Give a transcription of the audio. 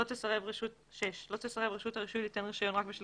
לא תסרב רשות הרישוי ליתן רישיון רק בשל